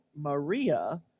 Maria